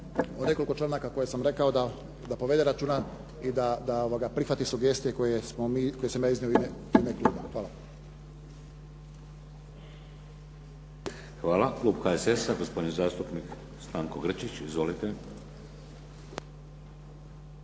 o nekoliko članaka koje sam rekao, da povede računa i da prihvati sugestije koje sam ja iznio u ime kluba. Hvala. **Šeks, Vladimir (HDZ)** Hvala. Klub HSS-a gospodin zastupnik Stanko Grčić. Izvolite.